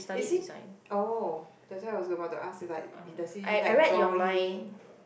is he oh that's why I was about to ask does he like drawing